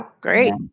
Great